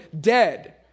dead